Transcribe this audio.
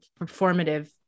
performative